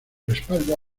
respaldo